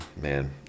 man